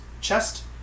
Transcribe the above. chest